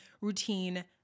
routine